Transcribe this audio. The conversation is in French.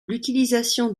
l’utilisation